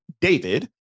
David